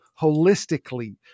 holistically